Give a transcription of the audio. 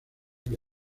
que